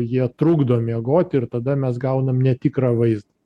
jie trukdo miegoti ir tada mes gaunam netikrą vaizdą